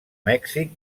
mèxic